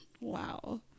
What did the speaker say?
Wow